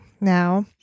now